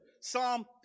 Psalm